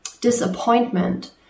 disappointment